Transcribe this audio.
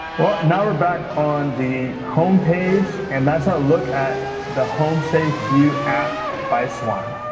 well, now we're back on the home page. and that's our look at the homesafe view app by swann.